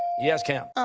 yes, cam?